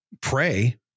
pray